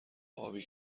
ابی